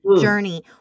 journey